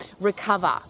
recover